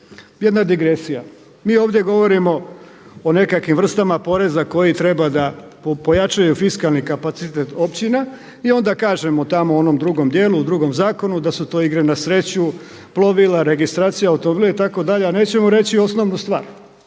Jedna digresija mi ovdje govorimo o nekakvim vrstama poreza koji treba da pojačaju fiskalni kapacitet općina i onda kažem tamo u onom drugom djelu, u drugom zakonu da su to igre na sreću, plovila, registracija automobila itd. a nećemo reći osnovnu stvar.